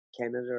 Canada